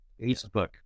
Facebook